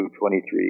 23